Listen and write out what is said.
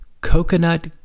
coconut